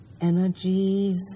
energies